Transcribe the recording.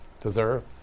deserve